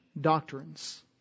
doctrines